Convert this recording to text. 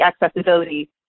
accessibility